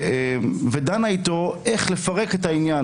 ודנה איתו איך לפרק את העניין,